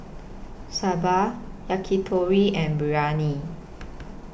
Sambar Yakitori and Biryani